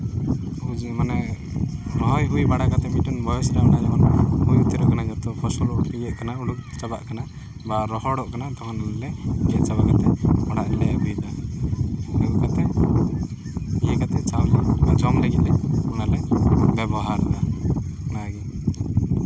ᱢᱟᱱᱮ ᱨᱚᱦᱚᱭ ᱦᱩᱭ ᱵᱟᱲᱟ ᱠᱟᱛᱮ ᱵᱚᱭᱚᱥ ᱠᱚ ᱚᱱᱟ ᱦᱩᱭ ᱩᱛᱟᱹᱨ ᱠᱟᱱᱟ ᱡᱚᱛᱚ ᱯᱷᱚᱥᱚᱞ ᱤᱭᱟᱹᱜ ᱠᱟᱱᱟ ᱦᱚᱞᱩᱫ ᱪᱟᱞᱟᱜ ᱠᱟᱱᱟ ᱵᱟ ᱨᱚᱦᱚᱲᱚᱜ ᱠᱟᱱᱟ ᱛᱚᱠᱷᱚᱱ ᱚᱱᱮ ᱜᱮᱫ ᱡᱟᱣᱨᱟ ᱠᱟᱛᱮ ᱚᱲᱟᱜ ᱞᱮ ᱤᱫᱤᱭᱮᱫᱟ ᱤᱫᱤ ᱠᱟᱛᱮ ᱤᱫᱤ ᱠᱟᱛᱮ ᱪᱟᱣᱞᱮ ᱡᱚᱢ ᱞᱟᱹᱜᱤᱫ ᱞᱮ ᱚᱱᱟ ᱞᱮ ᱵᱮᱵᱚᱦᱟᱨ ᱮᱫᱟ ᱚᱱᱟᱜᱮ